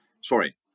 sorry